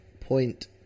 point